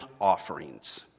offerings